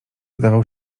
zdawał